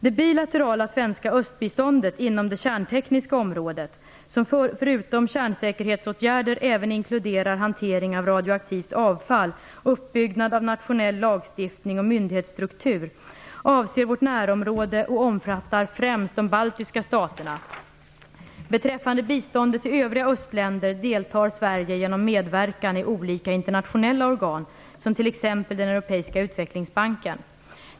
Det bilaterala svenska östbiståndet inom det kärntekniska området, som förutom kärnsäkerhetsåtgärder även inkluderar hantering av radioaktivt avfall, uppbyggnad av nationell lagstiftning och myndighetsstruktur, avser vårt närområde och omfattar främst de baltiska staterna. Beträffande biståndet till övriga östländer deltar Sverige genom medverkan i olika internationella organ som t.ex. den europeiska utvecklingsbanken.